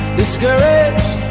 discouraged